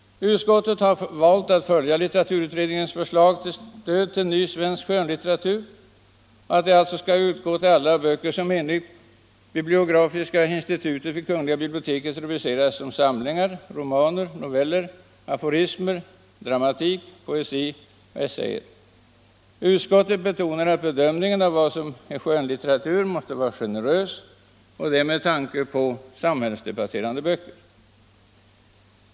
Utskottet har valt att följa litteraturutredningens förslag till stöd för ny svensk skönlitteratur, dvs. att stöd skall utgå till alla böcker som enligt bibliografiska institutet vid kungl. biblioteket rubriceras som samlingar, romaner och noveller, aforismer, dramatik, poesi och essäer. Utskottet betonar att bedömningen av vad som är skönlitteratur måste vara generös, detta med tanke på samhällsdebatterande böcker.